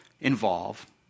involve